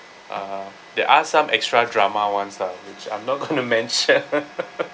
uh there are some extra drama ones ah which I'm not going to mention